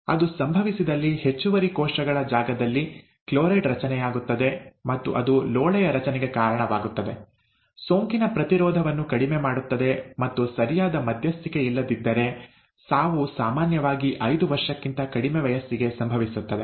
ಅದು ಸಂಭವಿಸಿದಲ್ಲಿ ಹೆಚ್ಚುವರಿ ಕೋಶಗಳ ಜಾಗದಲ್ಲಿ ಕ್ಲೋರೈಡ್ ರಚನೆಯಾಗುತ್ತದೆ ಮತ್ತು ಅದು ಲೋಳೆಯ ರಚನೆಗೆ ಕಾರಣವಾಗುತ್ತದೆ ಸೋಂಕಿನ ಪ್ರತಿರೋಧವನ್ನು ಕಡಿಮೆ ಮಾಡುತ್ತದೆ ಮತ್ತು ಸರಿಯಾದ ಮಧ್ಯಸ್ಥಿಕೆಯಿಲ್ಲದಿದ್ದರೆ ಸಾವು ಸಾಮಾನ್ಯವಾಗಿ ಐದು ವರ್ಷಕ್ಕಿಂತ ಕಡಿಮೆ ವಯಸ್ಸಿಗೆ ಸಂಭವಿಸುತ್ತದೆ